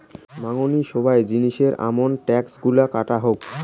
মাঙনি সোগায় জিনিসের আমন ট্যাক্স গুলা কাটা হউ